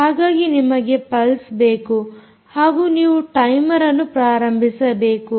ಹಾಗಾಗಿ ನಿಮಗೆ ಪಲ್ಸ್ ಬೇಕು ಹಾಗೂ ನೀವು ಟೈಮರ್ ಅನ್ನು ಪ್ರಾರಂಭಿಸಬೇಕು